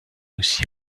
aussi